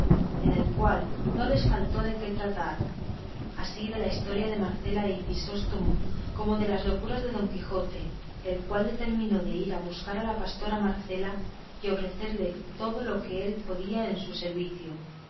en el cual no les faltó de qué tratar así de la historia de marcela y grisóstomo como de las locuras de don quijote el cual determinó de ir a buscar a la pastora marcela y ofrecerle todo lo que él podía en su servicio